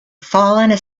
fallen